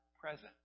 presence